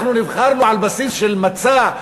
אנחנו נבחרנו על בסיס של מצע,